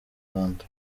rwanda